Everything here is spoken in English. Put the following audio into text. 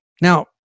Now